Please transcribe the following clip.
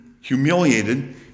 humiliated